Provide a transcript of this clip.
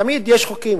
תמיד יש חוקים.